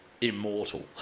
Immortal